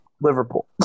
Liverpool